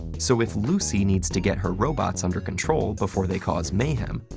so if lucy needs to get her robots under control before they cause mayhem,